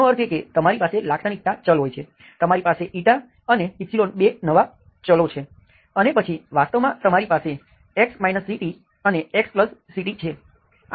તેનો અર્થ એ કે તમારી પાસે લાક્ષણિકતા ચલ હોય છે તમારી પાસે η અને ξ બે નવા ચલો છે અને પછી વાસ્તવમાં તમારી પાસે x ct અને xct છે